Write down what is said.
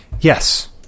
Yes